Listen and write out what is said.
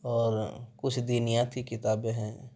اور کچھ دینیاتی کتابیں ہیں